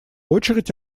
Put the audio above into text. очередь